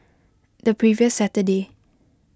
the previous saturday